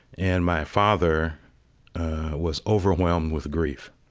and my father was overwhelmed with grief.